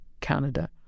Canada